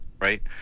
Right